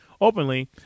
openly